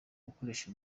akoresheje